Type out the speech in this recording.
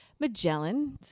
Magellan